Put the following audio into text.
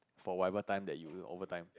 for whatever time that you will overtime